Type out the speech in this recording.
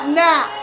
now